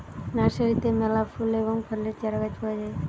নার্সারিতে মেলা ফুল এবং ফলের চারাগাছ পাওয়া যায়